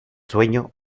sueño